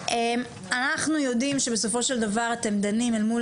אנחנו יודעים שבסופו של דבר אתם דנים אל מול